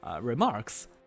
remarks